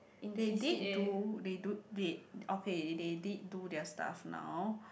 they did do they do they okay they did do their stuff now